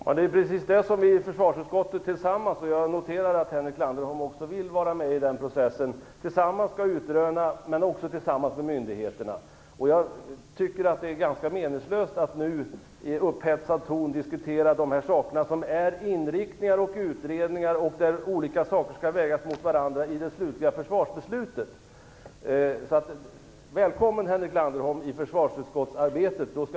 Fru talman! Det är precis det som vi i försvarsutskottet tillsammans - jag noterar att Henrik Landerholm också vill vara med i den processen - skall utröna. Men vi skall också göra detta tillsammans med myndigheterna. Jag tycker att det är ganska meningslöst att nu i upphetsad ton diskutera de här sakerna, som är inriktningar och utredningar och där olika saker skall vägas mot varandra i det slutliga försvarsbeslutet. Välkommen i försvarsutskottsarbetet, Henrik Landerholm!